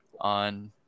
on